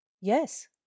Yes